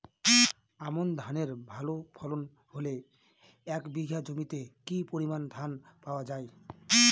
আমন ধানের ভালো ফলন হলে এক বিঘা জমিতে কি পরিমান ধান পাওয়া যায়?